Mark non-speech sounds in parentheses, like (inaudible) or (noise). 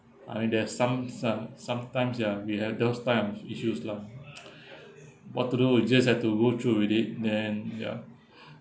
I mean there're some s~ lah sometimes ya we have those type of issues lah (breath) what to do we just have to go through with it then ya (breath)